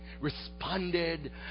responded